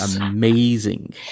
amazing